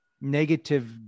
negative